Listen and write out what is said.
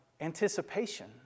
anticipation